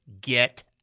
get